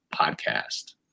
podcast